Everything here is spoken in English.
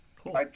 cool